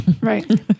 right